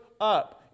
up